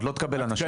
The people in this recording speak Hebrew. לא אנשים.